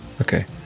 okay